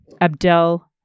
abdel